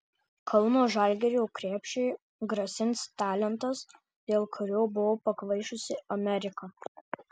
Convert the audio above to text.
kauno žalgirio krepšiui grasins talentas dėl kurio buvo pakvaišusi amerika